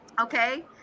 Okay